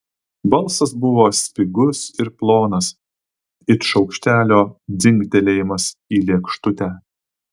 balsas buvo spigus ir plonas it šaukštelio dzingtelėjimas į lėkštutę